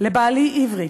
לבעלי עברי,